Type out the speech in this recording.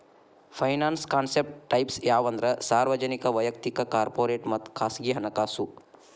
finance concept types ಯಾವಂದ್ರ ಸಾರ್ವಜನಿಕ ವಯಕ್ತಿಕ ಕಾರ್ಪೊರೇಟ್ ಮತ್ತ ಖಾಸಗಿ ಹಣಕಾಸು